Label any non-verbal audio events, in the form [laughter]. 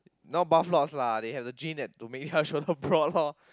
no buff lords lah they have to gym that to make their shoulders [breath] broad loh [laughs]